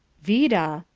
vida,